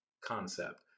concept